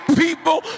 people